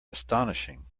astonishing